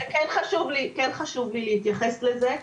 כן חשוב לי להתייחס לזה.